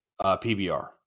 PBR